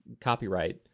copyright